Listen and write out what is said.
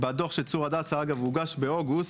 הדוח של צור הדסה הוגש באוגוסט,